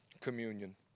communion